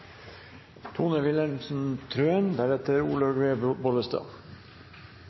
Tone Wilhelmsen Trøen